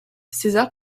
césar